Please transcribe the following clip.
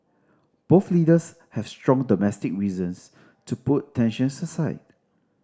both leaders have strong domestic reasons to put tensions aside